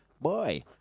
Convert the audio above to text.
boy